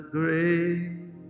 great